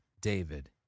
David